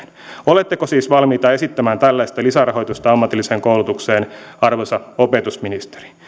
oletteko siis valmis esittämään tällaista lisärahoitusta ammatilliseen koulutukseen arvoisa opetusministeri